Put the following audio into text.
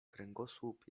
kręgosłup